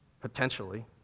Potentially